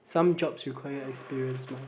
some jobs require experience mah